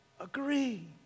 agree